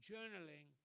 Journaling